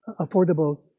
affordable